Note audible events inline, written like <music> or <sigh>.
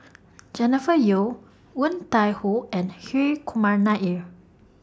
<noise> Jennifer Yeo Woon Tai Ho and Hri Kumar Nair